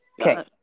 Okay